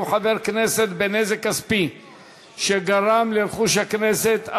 חבר הכנסת בנזק כספי שגרם לרכוש הכנסת),